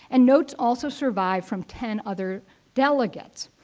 and notes also survived from ten other delegates.